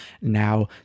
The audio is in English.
now